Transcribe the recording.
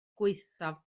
gwaethaf